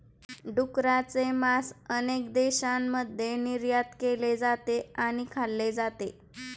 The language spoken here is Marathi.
डुकराचे मांस अनेक देशांमध्ये निर्यात केले जाते आणि खाल्ले जाते